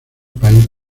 país